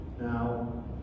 now